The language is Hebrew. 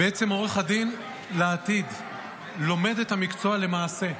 בעצם, עורך הדין לעתיד לומד את המקצוע למעשה.